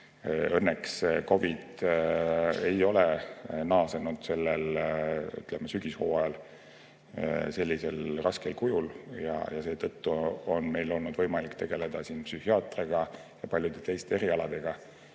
Õnneks ei ole COVID naasnud sellel sügishooajal sellisel raskel kujul ja seetõttu on meil olnud võimalik tegeleda psühhiaatria ja paljude teiste erialadega